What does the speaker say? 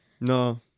No